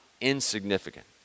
insignificant